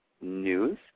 news